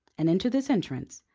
and into this entrance,